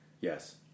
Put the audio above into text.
yes